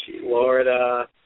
Florida